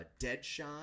Deadshot